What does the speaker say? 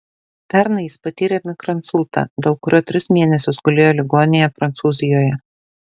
pernai jis patyrė mikroinsultą dėl kurio tris mėnesius gulėjo ligoninėje prancūzijoje